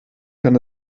kann